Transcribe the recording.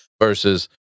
versus